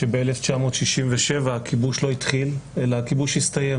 שב-1967 הכיבוש לא התחיל אלא הכיבוש הסתיים